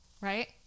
right